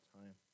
time